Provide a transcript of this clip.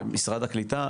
משרד הקליטה,